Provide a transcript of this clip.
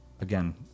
again